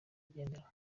igendanwa